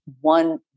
one